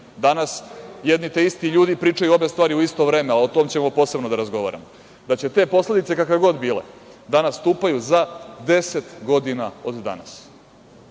Danas, jedni te isti ljudi pričaju obe stvari u isto vreme. O tome ćemo posebno da razgovaramo, da će te posledice kakve god bile da nastupaju za 10 godina od danas